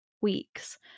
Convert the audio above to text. weeks